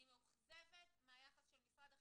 אני מאוכזבת מהיחס של משרד החינוך.